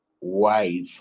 wife